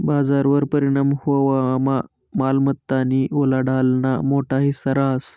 बजारवर परिणाम व्हवामा मालमत्तानी उलाढालना मोठा हिस्सा रहास